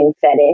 fetish